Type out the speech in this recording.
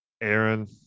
Aaron